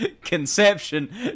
conception